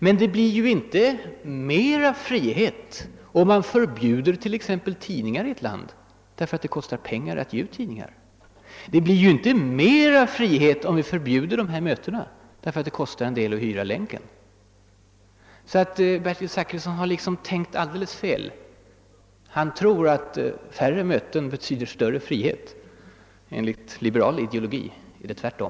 Men inte blir det mera frihet, om man t.ex. förbjuder tidningar i ett land därför att det kostar pengar att ge ut tidningar. Det blir inte mera frihet, om man förbjuder de här mötena därför att det kostar pengar att hyra länken. Herr Bertil Zachrisson har tänkt alldeles fel. Han tror att färre möten betyder större frihet. Enligt liberal ideologi är det tvärtom.